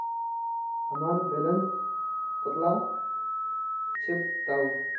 हमार बैलेंस कतला छेबताउ?